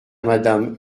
madame